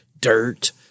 dirt